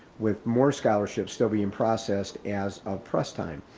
with more scholarships still being processed as of press time.